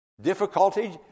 difficulty